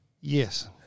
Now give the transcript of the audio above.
Yes